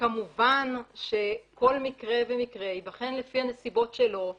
וכמובן שכל מקרה ומקרה ייבחן לפי הנסיבות שלו,